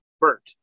Bert